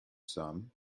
some